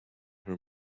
her